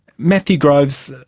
matthew groves,